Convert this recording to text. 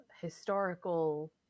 historical